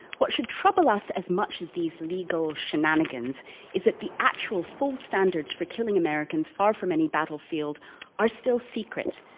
what should trouble us as much as these legal shenanigans is that the actual full standards for killing americans far from any battlefield are still secret.